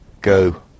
Go